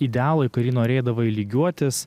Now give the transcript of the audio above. idealo į kurį norėdavai lygiuotis